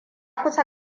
kusa